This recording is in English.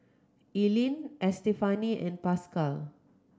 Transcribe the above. Eileen Estefany and Pascal